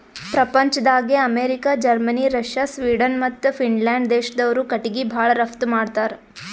ಪ್ರಪಂಚ್ದಾಗೆ America, Germany, Russia, Sweden ಮತ್ತ್ Finland ದೇಶ್ದವ್ರು ಕಟಿಗಿ ಭಾಳ್ ರಫ್ತು ಮಾಡತ್ತರ್